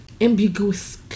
ambiguous